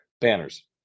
banners